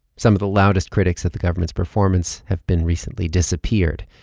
some of the loudest critics of the government's performance have been recently disappeared.